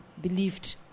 believed